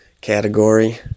category